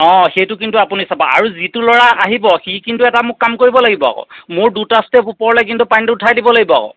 অঁ সেইটো কিন্তু আপুনি চাব আৰু যিটো ল'ৰা আহিব সি কিন্তু এটা মোক কাম কৰিব লাগিব আকৌ মোৰ দুটা ষ্টেপ ওপৰলৈ কিন্তু পানীটো উঠাই দিব লাগিব আকৌ